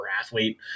athlete